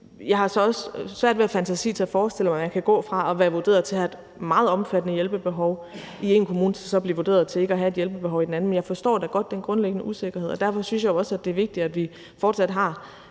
fantasi til at forestille mig, at man kan gå fra at være vurderet til at have et meget omfattende hjælpebehov i én kommune til så at blive vurderet til ikke at have et hjælpebehov i den anden. Men jeg forstår da godt den grundlæggende usikkerhed, og derfor synes jeg også, det er vigtigt, at vi fortsat har